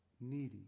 needy